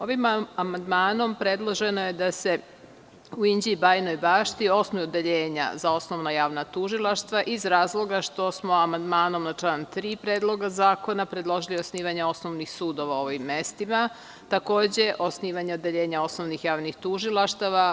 Ovim amandmanom predloženo je da se u Inđiji i Bajinoj Bašti osnuju odeljenja za osnovna javna tužilaštva iz razloga što su amandmanom na član 3. Predloga zakona predložili osnivanje osnovnih sudova u ovim mestima, takođe i osnivanja odeljenja osnovnih javnih tužilaštava.